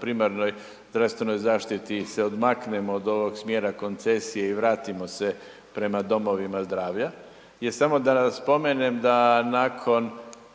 primarnoj zdravstvenoj zaštiti se odmaknemo od ovog smjera koncesije i vratimo se prema domovima zdravlja. Jer samo da nam spomenem da nakon